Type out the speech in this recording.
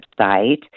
website